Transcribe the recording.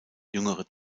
jüngere